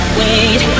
wait